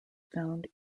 found